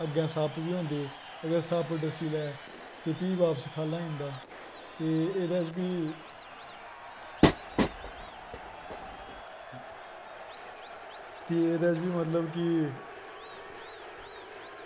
अग्गैं सप्प बी होंदे अगर सप डस्सी लै ते फ्ही बापस खल्ल आई जंदा ते एह्दै च फ्ही ते एह्दै च फ्ही मतलव कि